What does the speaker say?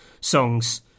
songs